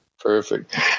Perfect